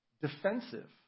defensive